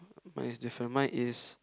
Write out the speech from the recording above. mine is different mine is